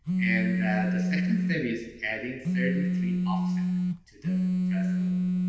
and the second step is adding thirty three offset to the phred score.